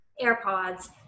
AirPods